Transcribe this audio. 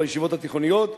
בישיבות התיכוניות.